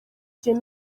gihe